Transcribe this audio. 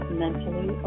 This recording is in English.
mentally